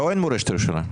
אין מורשת ירושלים.